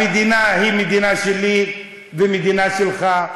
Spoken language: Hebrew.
המדינה היא מדינה שלי ומדינה שלך.